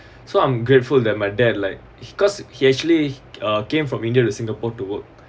so I'm grateful that my dad like cause he actually came from india to singapore to work